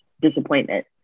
disappointment